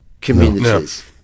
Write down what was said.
communities